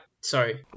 Sorry